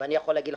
לדוגמה,